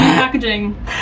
packaging